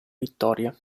vittoria